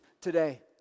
today